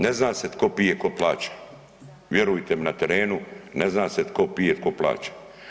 Ne zna se tko pije tko plaća vjerujte mi na terenu ne zna se tko pije, tko plaća.